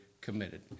committed